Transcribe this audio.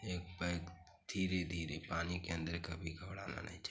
एक पैर धीरे धीरे पानी के अंदर कभी घबराना नहीं चाहिए